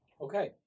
Okay